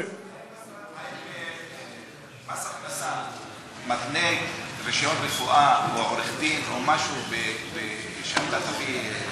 האם מס הכנסה מתנה רישיון של רופא או עורך-דין או משהו בזה שאתה תביא,